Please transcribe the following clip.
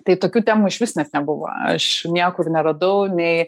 tai tokių temų išvis bet nebuvo aš niekur neradau nei